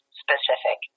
specific